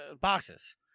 boxes